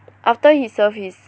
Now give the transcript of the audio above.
after he served his